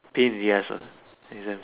pain in the ass ah